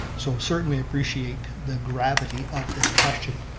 so certainly appreciate the gravity of this question.